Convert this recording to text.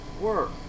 work